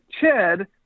Chad –